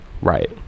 Right